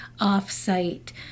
off-site